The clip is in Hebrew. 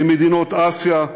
עם מדינות אסיה,